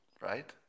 Right